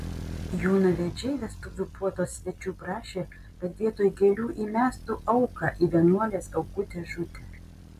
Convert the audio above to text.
jaunavedžiai vestuvių puotos svečių prašė kad vietoj gėlių įmestų auką į vienuolės aukų dėžutę